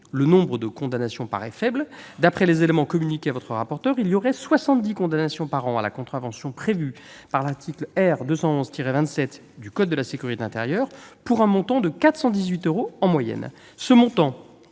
le nombre de condamnations paraît faible. D'après les éléments communiqués à votre rapporteur, il y aurait 70 condamnations par an à la contravention prévue par l'article R. 211-27 du code de la sécurité intérieure, pour un montant de 418 euros en moyenne. Ce montant